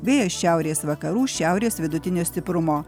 vėjas šiaurės vakarų šiaurės vidutinio stiprumo